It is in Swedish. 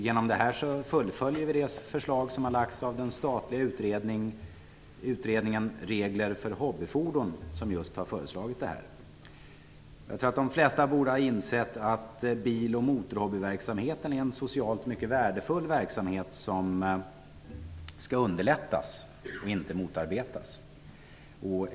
Genom detta fullföljer vi det förslag som har lagts fram av den statliga utredningen Regler för hobbyfordon. De flesta bör ha insett att bil och motorhobbyverksamheten är en socialt mycket värdefull verksamhet som skall underlättas i stället för motarbetas.